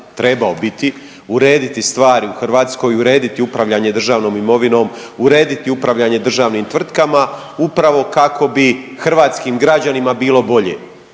trebao biti urediti stvari u Hrvatskoj, urediti upravljanje državnom imovinom, urediti upravljanje državnim tvrtkama upravo kako bi hrvatskim građanima bilo bolje,